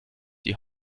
die